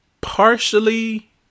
partially